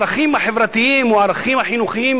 הערכים החברתיים או הערכים החינוכיים